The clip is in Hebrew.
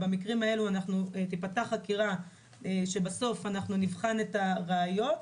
במקרים האלה תיפתח חקירה שבסופה נבחן את הראיות.